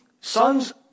sons